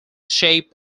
shape